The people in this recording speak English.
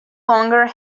longer